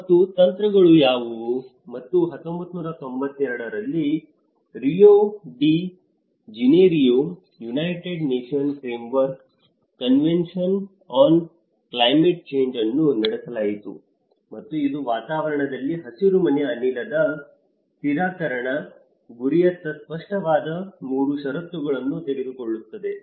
ಮತ್ತು ತಂತ್ರಗಳು ಯಾವುವು ಮತ್ತು 1992 ರಲ್ಲಿ ರಿಯೊ ಡಿ ಜನೈರೊದಲ್ಲಿ United Nations Framework Convention on Climate Change ಅನ್ನು ನಡೆಸಲಾಯಿತು ಮತ್ತು ಇದು ವಾತಾವರಣದಲ್ಲಿ ಹಸಿರುಮನೆ ಅನಿಲದ ಸ್ಥಿರೀಕರಣ ಗುರಿಯತ್ತ ಸ್ಪಷ್ಟವಾದ 3 ಷರತ್ತುಗಳನ್ನು ತೆಗೆದುಕೊಳ್ಳುತ್ತದೆ